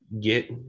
get